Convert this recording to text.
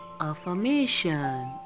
affirmation